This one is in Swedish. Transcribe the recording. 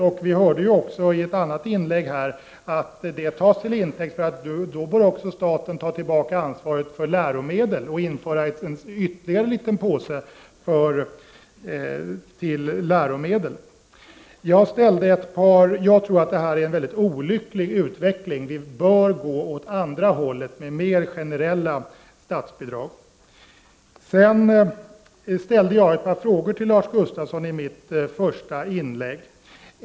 Och vi hörde ju också i ett annat inlägg att detta tas till intäkt för att staten också bör ta tillbaka ansvaret för läromedel och införa ytterligare en liten påse till läromedel. Jag tror att det här är en mycket olycklig utveckling. Vi bör gå åt andra hållet, med mer generella statsbidrag. Jag ställde ett par frågor till Lars Gustafsson i mitt första inlägg.